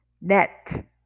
Net